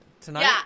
tonight